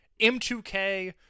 M2K